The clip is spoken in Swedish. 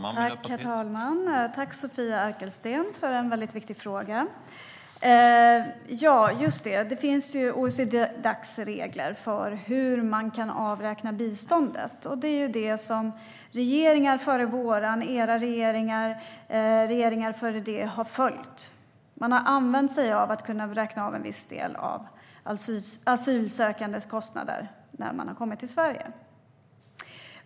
Herr talman! Tack, Sofia Arkelsten, för en mycket viktig fråga! Det finns Dacs regler för hur man kan avräkna biståndet. De reglerna har även regeringar före den nuvarande - borgerliga regeringar och regeringar före det - följt. Man har använt sig av möjligheten att kunna räkna av en viss del av asylsökandes kostnader när de har kommit till Sverige.